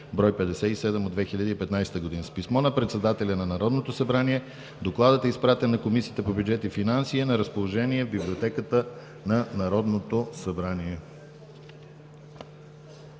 бр. 57 от 2015 г. С писмо на председателя на Народното събрание Докладът е изпратен на Комисията по бюджет и финанси и е на разположение в Библиотеката на Народното събрание.